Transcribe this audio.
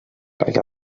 perquè